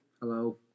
Hello